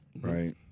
right